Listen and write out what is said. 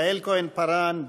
יעל כהן-פארן,